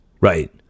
right